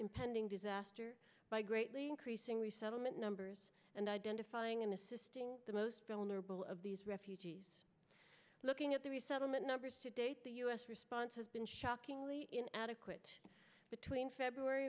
impending disaster by greatly increasing resettlement numbers and identifying and assisting the most vulnerable of these refugees looking at the resettlement numbers to date the u s response has been shockingly in adequate between february